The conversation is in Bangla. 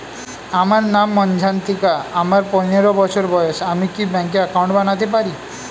আমার নাম মজ্ঝন্তিকা, আমার পনেরো বছর বয়স, আমি কি ব্যঙ্কে একাউন্ট বানাতে পারি?